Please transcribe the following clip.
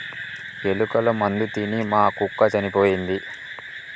ఎలుకల మందు తిని మా కుక్క చనిపోయింది